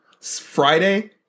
Friday